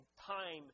time